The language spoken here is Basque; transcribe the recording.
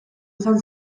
izan